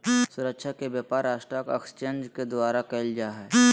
सुरक्षा के व्यापार स्टाक एक्सचेंज के द्वारा क़इल जा हइ